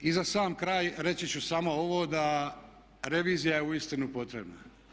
I za sam kraj, reći ću samo ovo da, revizija je uistinu potrebna.